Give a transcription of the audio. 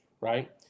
right